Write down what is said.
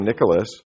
Nicholas